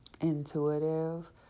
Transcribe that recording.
intuitive